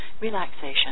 relaxation